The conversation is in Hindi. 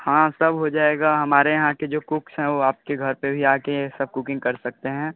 हाँ सब हो जाएगा हमारे यहाँ के जो कुक्स हैं वो आपके घर पे भी आके सब कुकिंग कर सकते हैं